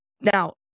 Now